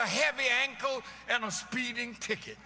a heavy ankle and a speeding ticket